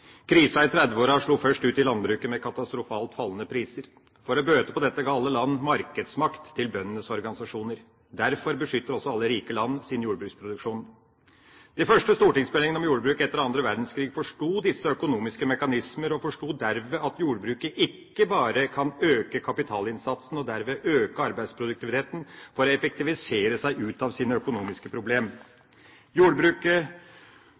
i 1930-årene slo først ut i landbruket, med katastrofalt fallende priser. For å bøte på dette ga alle land markedsmakt til bøndenes organisasjoner. Derfor beskytter også alle rike land sin jordbruksproduksjon. De første stortingsmeldingene om jordbruk etter andre verdenskrig forsto disse økonomiske mekanismer og forsto derved at jordbruket ikke bare kan øke kapitalinnsatsen og derved øke arbeidsproduktiviteten for å effektivisere seg ut av sine økonomiske